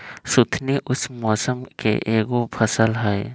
सुथनी उष्ण मौसम के एगो फसल हई